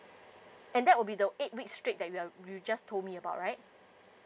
and that will be the eight weeks straight that we are you just told me about right